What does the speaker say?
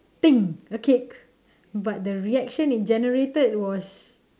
thing a cake but the reaction it generated was